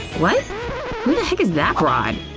what? who the heck is that broad?